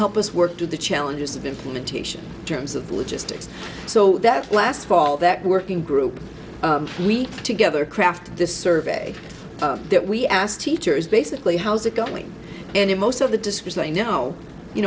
help us work through the challenges of implementation terms of logistics so that last fall that working group together craft this survey that we asked teachers basically how's it going and in most of the discussion i know you